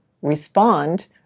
respond